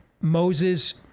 Moses